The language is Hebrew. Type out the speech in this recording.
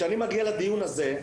כשאני מגיע לדיון הזה,